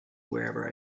wherever